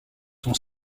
sont